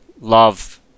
love